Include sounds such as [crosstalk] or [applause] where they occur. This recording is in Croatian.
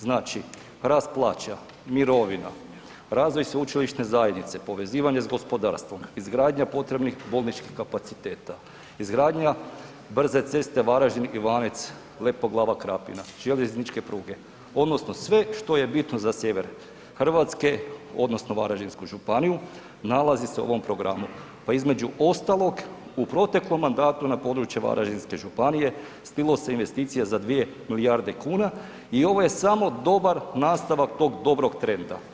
Znači, rast plaća, mirovina, razvoj sveučilišne zajednice, povezivanje s gospodarstvom, izgradnja potrebnih bolničkih kapaciteta, izgradnja brze ceste Varaždin-Ivane-Lepoglava-Krapina, željezničke pruge odnosno sve što je bitno za sjever Hrvatske odnosno Varaždinsku županiju, nalazi se u ovom programu pa između ostalog, u proteklom mandatu na području Varaždinske županije ... [unintelligible] se investicija za 2 milijarde kune i ovo je samo dobar nastavak tog dobrog trenda.